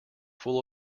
full